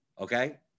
Okay